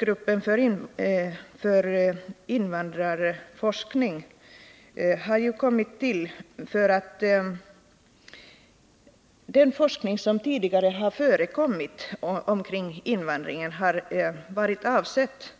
Gruppen har tillkommit därför att den forskning som tidigare har förekommit omkring invandringen har avsett